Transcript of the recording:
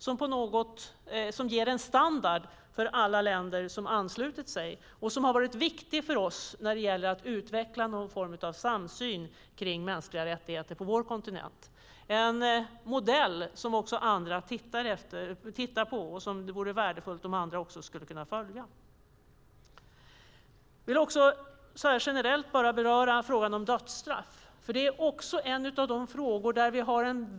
Den ger en standard för alla länder som anslutit sig, och den har varit viktig för oss när det gäller att utveckla någon form av samsyn i fråga om mänskliga rättigheter på vår kontinent. Det är en modell som även andra tittar på och som det vore värdefullt om andra också följde. Jag ska också beröra frågan om dödsstraff. Här har vi en stark samsyn i kammaren.